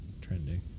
trending